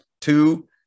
two